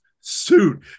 suit